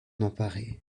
emparer